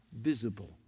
visible